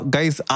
Guys